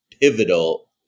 pivotal